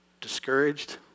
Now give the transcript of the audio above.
discouraged